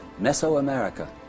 Mesoamerica